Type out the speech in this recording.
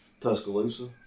Tuscaloosa